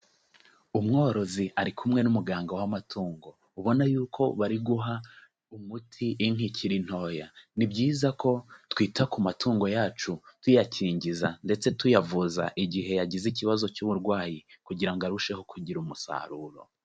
Umworozi ari kumwe n'umuganga w'amatungo, ubona yuko bari guha umuti inka ikiri ntoya. Ni byiza ko twita ku matungo yacu, tuyakingiza ndetse tuyavuza igihe yagize ikibazo cy'uburwayi, kugira ngo arusheho kugira umusaruro.